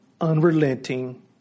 unrelenting